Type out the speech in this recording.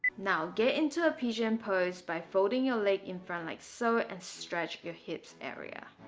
now get into a pigeon pose by folding your leg in front like so and stretch your hips area